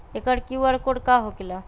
एकर QR code का होकेला?